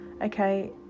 okay